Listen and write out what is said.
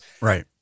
Right